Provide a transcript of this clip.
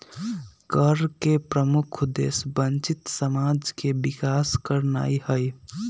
कर के प्रमुख उद्देश्य वंचित समाज के विकास करनाइ हइ